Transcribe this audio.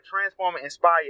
Transformer-inspired